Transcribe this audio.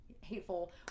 hateful